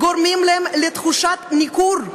גם גורמים להם לתחושת ניכור,